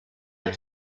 were